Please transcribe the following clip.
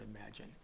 imagine